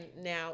now